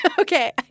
Okay